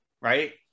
right